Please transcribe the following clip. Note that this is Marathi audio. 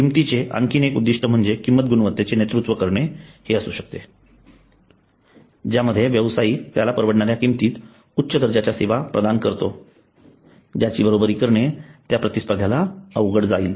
किंमतीचे आणखी एक उद्दिष्ट म्हणजे किंमत गुणवत्तेचे नेतृत्व करणे हे असू शकते ज्यामध्ये व्यावसायिक त्याला परवडणाऱ्या किंमतीत उच्च दर्जाच्या सेवा प्रदान करतो ज्याची बरोबरी करणे त्याच्या प्रतिस्पर्ध्याला अवघड जाईल